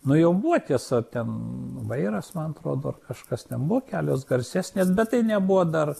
nu jau buvo tiesa ten vairas man atrodo ar kažkas buvo kelios garsesnės bet tai nebuvo dar